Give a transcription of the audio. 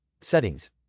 Settings